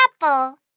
apple